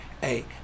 hey